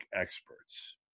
experts